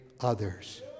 others